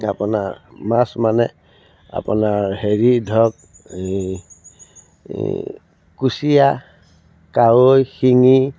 আপোনাৰ মাছ মানে আপোনাৰ হেৰি ধৰক এই এই কুঁচিয়া কাৱৈ শিঙী